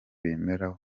bemera